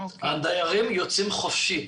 הדיירים יוצאים חופשי.